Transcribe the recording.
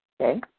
Okay